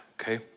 okay